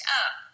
up